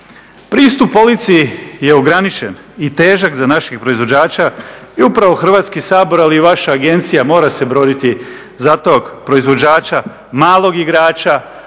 Pristup policiji je ograničen i težak za našeg proizvođača i upravo Hrvatski sabor, ali i vaša agencija mora se boriti za tog proizvođača, malog igrača,